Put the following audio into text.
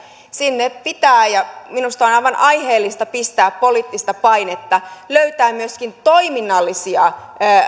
sinne pitää ja minusta on aivan aiheellista pistää poliittista painetta löytää myöskin toiminnallisia